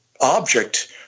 object